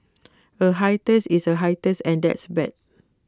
A hiatus is A hiatus and that's bad